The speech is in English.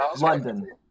London